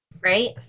right